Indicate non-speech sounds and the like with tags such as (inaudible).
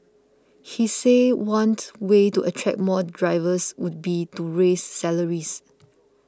he said (unintelligible) way to attract more drivers would be to raise salaries